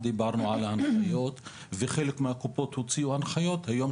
אנחנו הרבה פעמים עושים את החיבורים בין הקופות למשרד